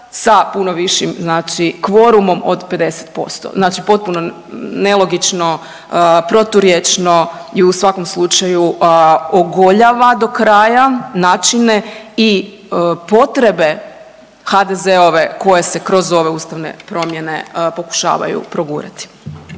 sa puno višim znači kvorumom od 50%, znači potpuno nelogično, proturječno i u svakom slučaju ogoljava do kraja načine i potrebe HDZ-ove koje se kroz ove ustavne promjene pokušavaju progurati.